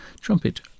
trumpet